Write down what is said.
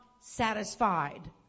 satisfied